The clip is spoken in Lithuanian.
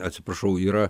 atsiprašau yra